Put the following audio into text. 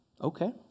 Okay